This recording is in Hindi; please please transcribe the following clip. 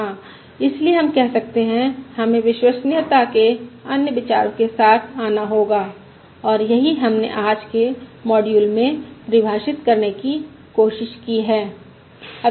हाँ इसलिए हम कह सकते हैं हमें विश्वसनीयता के अन्य विचारों के साथ आना होगा और यही हमने आज के मॉड्यूल में परिभाषित करने की कोशिश की है